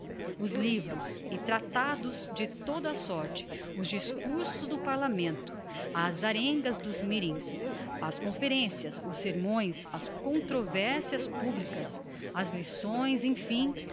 os livros e tratados de toda a sorte os discursos do parlamento as arengas dos meetings as conferencias os sermões as controversias publicas as lições emfim